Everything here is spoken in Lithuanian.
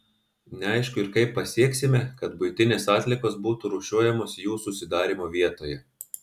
neaišku ir kaip pasieksime kad buitinės atliekos būtų rūšiuojamos jų susidarymo vietoje